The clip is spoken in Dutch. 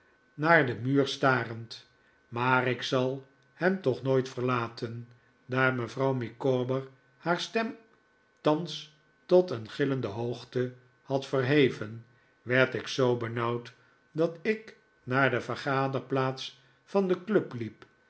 naar den muur starend maar ik zal hem toch nooit verlaten daar mevrouw micawber haar stem thans tot een gillende hoogte had verheven werd ik zoo benauwd dat ik naar de vergaderplaats van de club hep